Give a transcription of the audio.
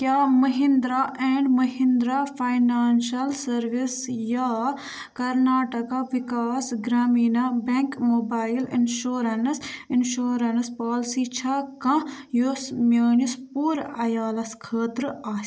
کیٛاہ Mahindra and Mahindra financial service یا Karnataka Vikas Grameena bank mobile insurance insurance policy چھا کانٛہہ یۄس میٲنِس پوٗرٕعیالَس خٲطرٕ آسہِ؟